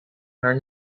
haar